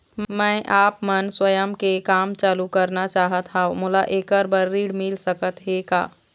मैं आपमन स्वयं के काम चालू करना चाहत हाव, मोला ऐकर बर ऋण मिल सकत हे का?